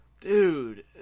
Dude